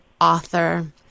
author